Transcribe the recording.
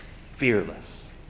fearless